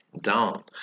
down